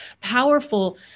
powerful